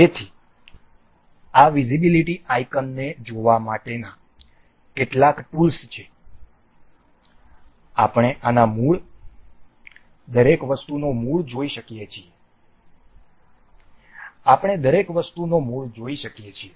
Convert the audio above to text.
તેથી આ વિઝિબિલિટી આયકનને જોવા માટેના કેટલાક ટૂલ્સ છે આપણે આના મૂળ દરેક વસ્તુનો મૂળ જોઈ શકીએ છીએ આપણે દરેક વસ્તુનો મૂળ જોઈ શકીએ છીએ